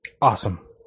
Awesome